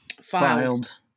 Filed